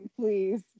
please